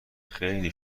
خیلی